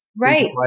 Right